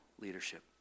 leadership